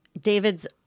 David's